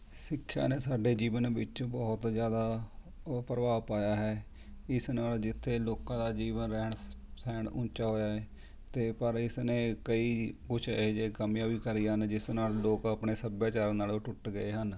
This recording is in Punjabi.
ਸਿੱਖਿਆ ਨੇ ਸਾਡੇ ਜੀਵਨ ਵਿੱਚ ਬਹੁਤ ਜ਼ਿਆਦਾ ਅ ਪ੍ਰਭਾਵ ਪਾਇਆ ਹੈ ਇਸ ਨਾਲ ਜਿੱਥੇ ਲੋਕਾਂ ਦਾ ਜੀਵਨ ਰਹਿਣ ਸਹਿਣ ਉੱਚਾ ਹੋਇਆ ਹੈ ਅਤੇ ਪਰ ਇਸ ਨੇ ਕਈ ਕੁਛ ਅਜਿਹੇ ਕੰਮ ਆ ਵੀ ਕਰੀਆਂ ਹਨ ਜਿਸ ਨਾਲ ਲੋਕ ਆਪਣੇ ਸੱਭਿਆਚਾਰ ਨਾਲੋਂ ਟੁੱਟ ਗਏ ਹਨ